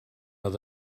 oedd